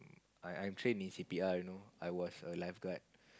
I I'm trained in C_P_R you know I was a lifeguard